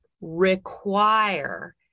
require